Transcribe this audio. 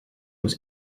was